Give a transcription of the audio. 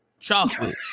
Chocolate